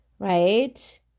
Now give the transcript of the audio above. right